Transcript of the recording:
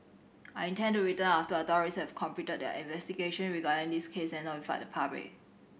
I intend to return after authorities have completed a investigation regarding this case and notified the public